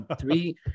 three